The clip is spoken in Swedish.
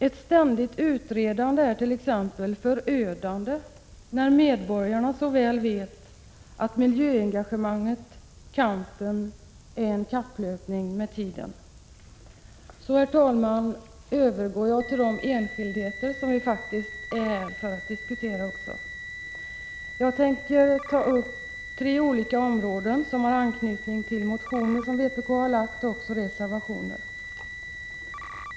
Ett ständigt utredande t.ex. är förödande, eftersom medborgarna så väl vet att miljöengagemanget, kampen, är en kapplöpning med tiden. Sedan, herr talman, övergår jag till de enskildheter som vi faktiskt också är här för att diskutera. Jag tänker ta upp tre olika områden som har anknytning till motioner och reservationer från vpk.